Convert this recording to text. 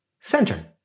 center